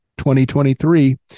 2023